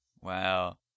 Wow